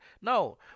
no